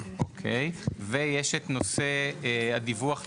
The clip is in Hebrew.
יש גם את נושא הדיווח לוועדה.